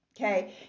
okay